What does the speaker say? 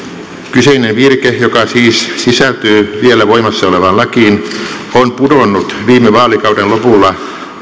kyseinen virke joka siis sisältyy vielä voimassa olevaan lakiin on pudonnut viime vaalikauden lopulla